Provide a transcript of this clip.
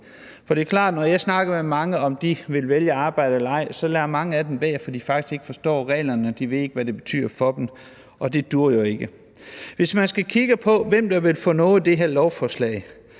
forståelige. Når jeg snakker med nogle, om de vil vælge at arbejde eller ej, siger mange af dem, at de lader være, fordi de faktisk ikke forstår reglerne, de ved ikke, hvad det betyder for dem, og det er klart, at det duer jo ikke. Hvis man skal kigge på, hvem der vil få noget ud af det her beslutningsforslag,